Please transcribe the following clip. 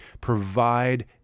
provide